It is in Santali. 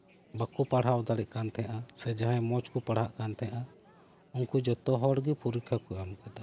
ᱵᱟᱠᱚ ᱯᱟᱲᱦᱟᱣ ᱫᱟᱲᱮᱭᱟᱜ ᱠᱟᱱ ᱛᱟᱦᱮᱸᱼᱟ ᱥᱮ ᱡᱟᱦᱟᱸᱭ ᱢᱚᱸᱡᱽ ᱠᱚ ᱯᱟᱲᱦᱟᱜ ᱠᱟᱱ ᱛᱟᱦᱮᱸᱫᱼᱟ ᱩᱱᱠᱩ ᱡᱚᱛᱚ ᱦᱚᱲ ᱜᱮ ᱯᱩᱨᱤᱠᱠᱷᱟ ᱠᱚ ᱮᱢ ᱠᱮᱫᱟ